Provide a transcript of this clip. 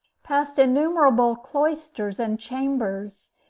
past innumerable cloisters and chambers,